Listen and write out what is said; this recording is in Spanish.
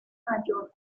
mayor